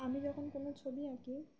আমি যখন কোনো ছবি আঁকি